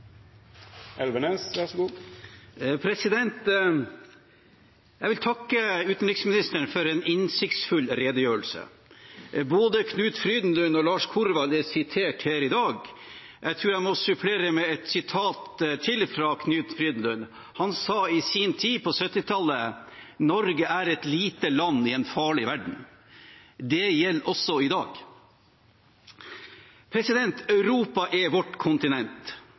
Jeg vil takke utenriksministeren for en innsiktsfull redegjørelse. Både Knut Frydenlund og Lars Korvald er sitert her i dag. Jeg tror jeg må supplere med et sitat til fra Knut Frydenlund. Han sa i sin tid, på 1970-tallet: Norge er et lite land i en farlig verden. Det gjelder også i dag. Europa er vårt kontinent.